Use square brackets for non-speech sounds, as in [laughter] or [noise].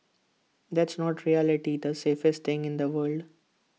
that's not really [unintelligible] safest thing in the world